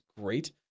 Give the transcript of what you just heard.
Great